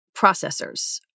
processors